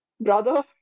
brother